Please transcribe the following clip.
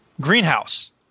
greenhouse